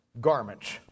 garments